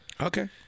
Okay